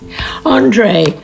Andre